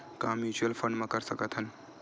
का mutual fund म कर सकत हन?